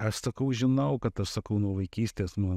aš sakau žinau kad aš sakau nuo vaikystės nuo